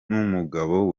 n’umugabo